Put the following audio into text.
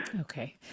Okay